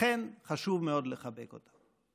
לכן חשוב מאוד לחבק אותם.